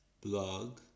blog